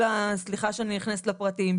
סליחה שאני נכנסת לפרטים,